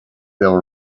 they’ll